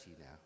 now